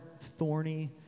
thorny